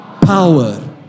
power